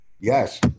Yes